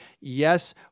Yes